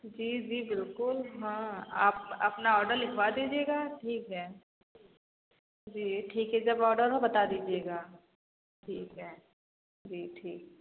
जी जी बिल्कुल हाँ आप अपना ऑर्डर लिखवा दीजिएगा ठीक है जी ठीक है जब ऑर्डर हो बता दीजिएगा ठीक है जी ठीक है